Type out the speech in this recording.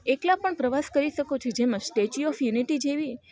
એકલા પણ પ્રવાસ કરી સકો છો જેમાં સ્ટેચ્યૂ ઓફ યુનિટી જેવી